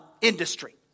industry